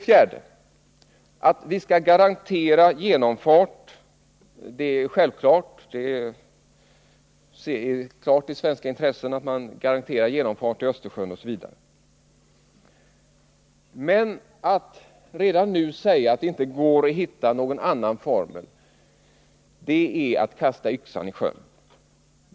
4. Att vi skall garantera genomfart är självklart — det ligger i svenskt intresse. Men att redan nu säga att det inte går att hitta en annan formel är att kasta yxani sjön.